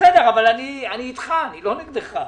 בסדר, אני איתך אני לא נגדך.